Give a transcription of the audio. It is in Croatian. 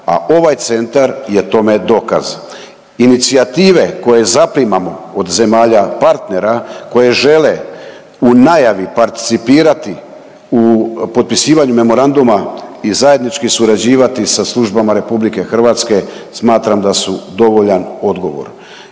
a ovaj centar je tome dokaz. Inicijative koje zaprimamo od zemalja partnera koje žele u najavi participirati u potpisivanju memoranduma i zajednički surađivati sa službama Republike Hrvatske smatram da su dovoljan odgovor.